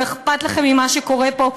לא אכפת לכם ממה שקורה פה.